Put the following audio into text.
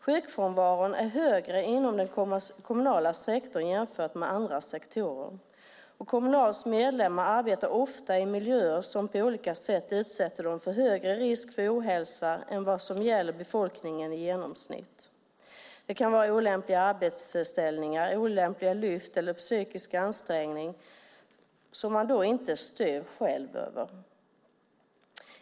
Sjukfrånvaron är högre inom den kommunala sektorn än inom andra sektorer. Kommunals medlemmar arbetar ofta i miljöer som på olika sätt utsätter dem för högre risk för ohälsa än vad som gäller befolkningen i genomsnitt. Det kan vara olämpliga arbetsställningar, olämpliga lyft eller psykisk ansträngning som man inte styr över själv.